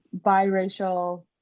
biracial